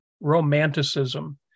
Romanticism